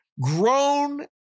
grown